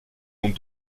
dont